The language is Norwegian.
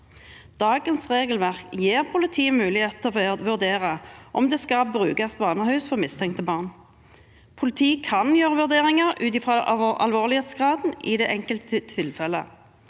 Dagens regelverk gir politiet muligheter for å vurdere om det skal brukes barnehus for mistenkte barn. Politiet kan gjøre vurderinger ut fra alvorlighetsgraden i det enkelte tilfellet.